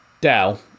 Dell